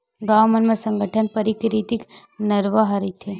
गाँव मन म कइठन पराकिरितिक नरूवा ह रहिथे